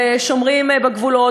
ושומרים בגבולות,